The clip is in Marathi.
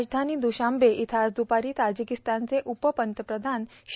राजधानी दूशांबे इथं आज दुपारी ताजिकिस्तानचे उपपंतप्रधान श्री